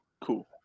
cool